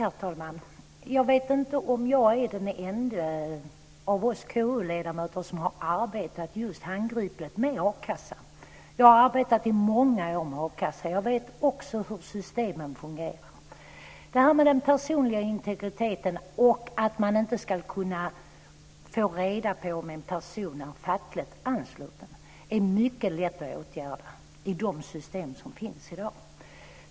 Herr talman! Jag vet inte om jag är den enda av oss KU-ledamöter som har arbetat handgripligt med a-kassan. Jag har arbetat i många år med a-kassan, och jag vet hur systemen fungerar. Det här med den personliga integriteten och att man inte ska kunna få reda på om en person är fackligt ansluten är mycket lätt att åtgärda i de system som finns i dag.